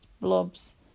blobs